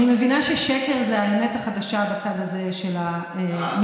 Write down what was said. אני מבינה ששקר זה האמת החדשה בצד הזה של המליאה,